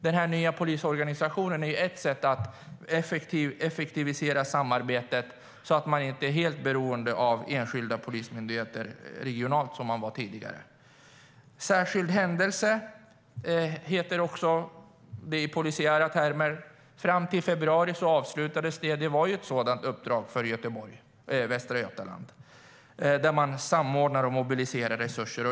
Den nya polisorganisationen är ett sätt att effektivisera samarbetet så att man inte är helt beroende, som man var tidigare, av enskilda polismyndigheter regionalt.I polisiära termer finns något som heter särskild händelse. I februari avslutades ett sådant uppdrag för polisen i Västra Götaland. Polisen samordnade och mobiliserade resurser.